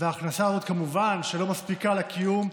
וההכנסה הזאת כמובן שלא מספיקה לקיום,